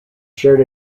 shared